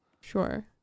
Sure